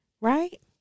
Right